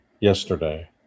yesterday